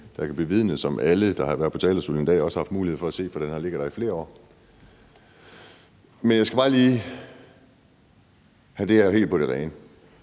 der kan bevidne, og som alle, der har været på talerstolen i dag, også har haft mulighed for at se, for det har ligget der i flere år. Jeg skal bare lige have det her helt på det rene.